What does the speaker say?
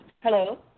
Hello